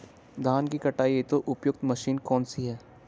धान की कटाई हेतु उपयुक्त मशीन कौनसी है?